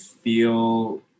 feel